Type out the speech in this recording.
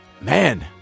Man